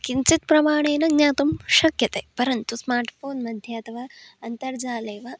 किञ्चित् प्रमाणेन ज्ञातुं शक्यते परन्तु स्मार्ट् फोन् मध्ये अथवा अन्तर्जाले वा